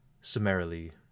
summarily